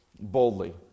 boldly